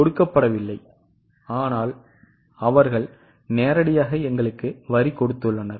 அது கொடுக்கப்படவில்லை ஆனால் அவர்கள் நேரடியாக எங்களுக்கு வரி கொடுத்துள்ளனர்